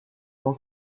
tant